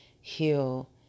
heal